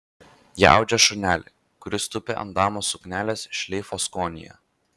jie audžia šunelį kuris tupi ant damos suknelės šleifo skonyje